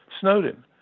Snowden